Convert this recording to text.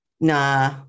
Nah